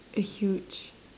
a huge